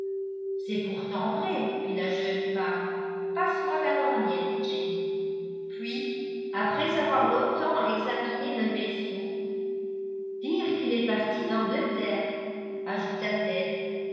c'est pourtant vrai fit la jeune femme passe-moi la lorgnette jenny puis après avoir longtemps examiné le vaisseau dire qu'il est parti d'angleterre ajouta-t-elle